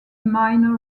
minor